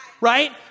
Right